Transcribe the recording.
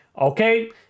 Okay